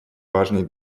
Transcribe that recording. важный